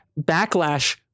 backlash